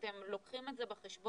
אתם לוקחים את זה בחשבון?